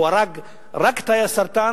והוא הרג רק את תאי הסרטן,